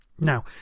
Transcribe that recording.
Now